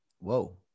whoa